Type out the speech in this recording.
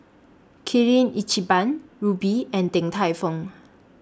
Kirin Lchiban Rubi and Din Tai Fung